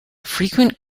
frequent